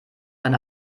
eine